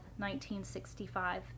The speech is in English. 1965